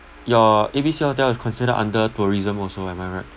your A_B_C hotel is considered under tourism also am I right